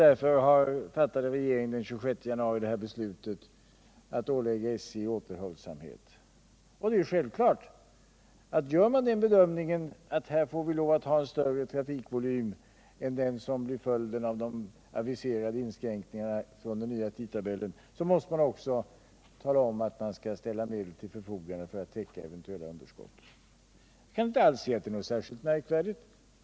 Därför fattade regeringen den 26 januari beslutet att ålägga SJ återhållsamhet i fråga om inskränkningar i trafiken. Det är självklart att gör man den bedömningen att här får vi ha en större trafikvolym än den som blir följden av de aviserade inskränkningarna i den nya tidtabellen, måste man också ställa medel till förfogande för att täcka eventuella underskott. Jag kan inte se att det är särskilt märkvärdigt.